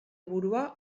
burua